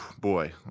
boy